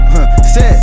Set